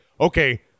okay